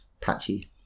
patchy